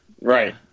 Right